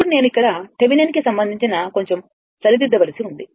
ఇప్పుడు నేను ఇక్కడ థెవెనిన్ కి సంబంధించి కొంచం సరిదిద్ద వలసి ఉంది